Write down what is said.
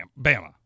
Bama